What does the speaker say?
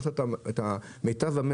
לפני שבועיים קיימנו דיון עם סימון